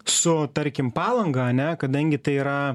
su tarkim palanga ane kadangi tai yra